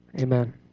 Amen